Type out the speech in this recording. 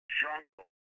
jungle